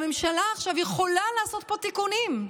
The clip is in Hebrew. הממשלה עכשיו יכולה לעשות פה תיקונים.